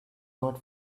not